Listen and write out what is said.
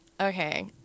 Okay